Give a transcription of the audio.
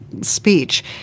speech